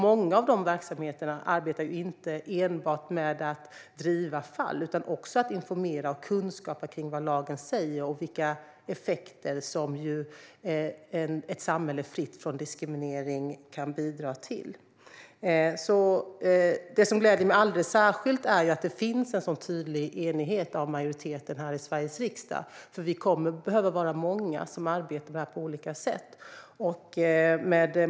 Många av de verksamheterna arbetar inte enbart med att driva fall utan också med att informera och ge kunskap om vad lagen säger och vilka effekter som ett samhälle fritt från diskriminering kan bidra till. Det som gläder mig alldeles särskilt är att det finns en tydlig enighet hos majoriteten i Sveriges riksdag, för vi kommer att behöva vara många som arbetar med detta på olika sätt.